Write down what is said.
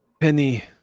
Penny